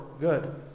good